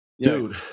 dude